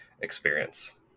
experience